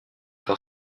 par